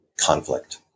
conflict